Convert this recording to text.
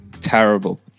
terrible